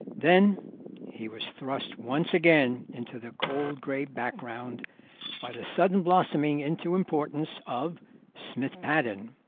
then he was thrust once again into the cold grey background by the sudden blossoming into importance of smith-paddon,